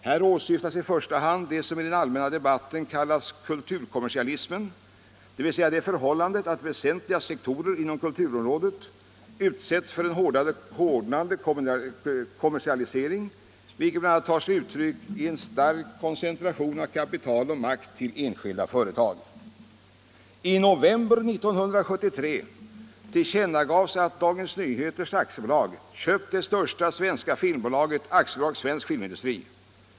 Här åsyftas i första hand det som i den allmänna debatten kallas kulturkommersialismen, dvs. det förhållandet att väsentliga sektorer inom kulturområdet utsätts för en hårdnande kommersialisering, vilket bl.a. tar sig uttryck i en stark koncentration av kapital och makt till enskilda företag.” ”I november 1973 tillkännagavs att Dagens Nyheters AB köpt det största svenska filmbolaget, AB Svensk Filmindustri.